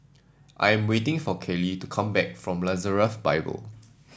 I am waiting for Kaley to come back from Nazareth Bible